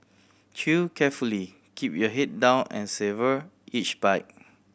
Chew carefully keep your head down and savour each bite